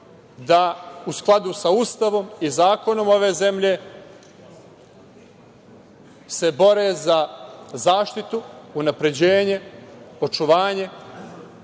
da u skladu sa Ustavom i zakonom ove zemlje se bore za zaštitu, unapređenje, očuvanje